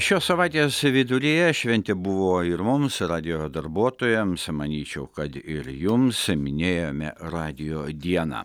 šios savaitės viduryje šventė buvo ir mums radijo darbuotojams manyčiau kad ir jums minėjome radijo dieną